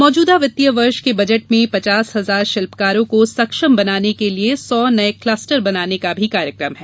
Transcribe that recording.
मौजूदा वित्तीय वर्ष के बजट में पचास हजार शिल्पकारों को सक्षम बनाने के लिये सौ नये क्लस्टर बनाने का भी कार्यक्रम है